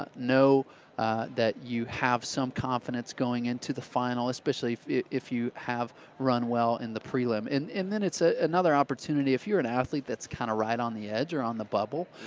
but know that you have some confidence going into the final especially if if you have run well in the prelim. and and then it's ah another opportunity if you're an athlete that's kind of right on the edge or on the bubble,